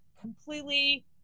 completely